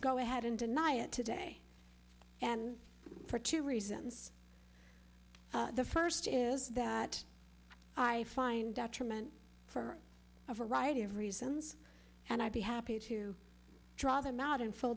go ahead and deny it today and for two reasons the first is that i find detriment for a variety of reasons and i'd be happy to draw them out in full